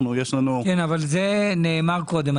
זה נאמר קודם.